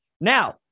now